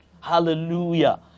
Hallelujah